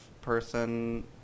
person